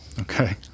Okay